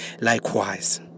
Likewise